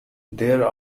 there